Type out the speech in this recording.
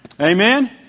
Amen